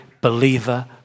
believer